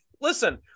Listen